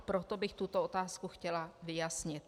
Proto bych tuto otázku chtěla vyjasnit.